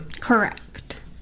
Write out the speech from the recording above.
Correct